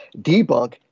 debunk